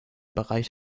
bereich